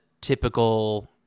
typical